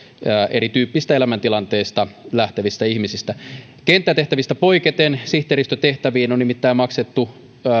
erityyppisistä elämäntilanteista lähtevistä ihmisistä kenttätehtävistä poiketen sihteeristötehtäviin on nimittäin maksettu